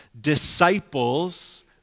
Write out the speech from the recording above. Disciples